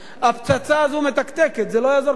הפצצה הזאת מתקתקת, לא יעזור כלום,